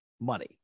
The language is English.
money